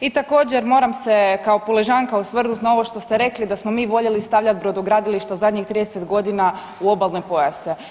I također moram se kao Puležanka osvrnut na ovo što ste rekli da smo mi voljeli stavljat brodogradilišta u zadnjih 30.g. u obalne pojase.